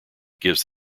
gives